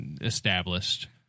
established